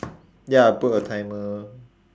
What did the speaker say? ya I put a timer